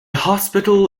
hospital